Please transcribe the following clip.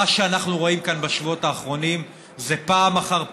מה שאנחנו רואים כאן בשבועות האחרונים זה פעם אחר פעם,